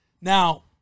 now